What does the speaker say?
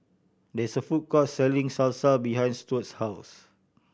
there is a food court selling Salsa behind Stuart's house